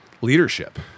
leadership